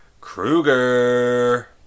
Krueger